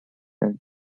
and